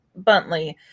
buntley